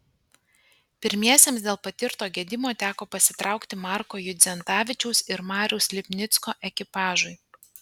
pirmiesiems dėl patirto gedimo teko pasitraukti marko judzentavičiaus ir mariaus lipnicko ekipažui